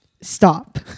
stop